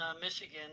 Michigan